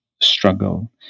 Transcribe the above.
struggle